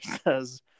says